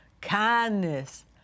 kindness